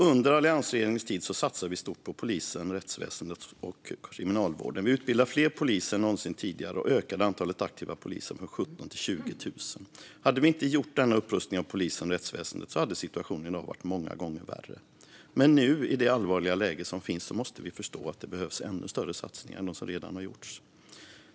Under alliansregeringens tid satsade vi stort på polisen, rättsväsendet och kriminalvården. Vi utbildade fler poliser än någonsin tidigare och ökade antalet aktiva poliser från 17 000 till 20 000. Hade vi inte gjort denna upprustning av polisen och rättsväsendet hade situationen i dag varit många gånger värre. Nu, i det allvarliga läge som råder, måste man förstå att det behövs ännu större satsningar än dem som redan har gjorts.